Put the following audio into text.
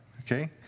Okay